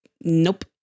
Nope